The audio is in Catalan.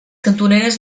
cantoneres